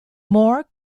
more